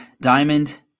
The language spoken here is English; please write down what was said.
Diamond